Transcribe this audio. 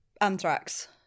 Anthrax